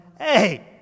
Hey